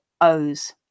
O's